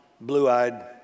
blue-eyed